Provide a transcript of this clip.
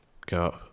go